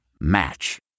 Match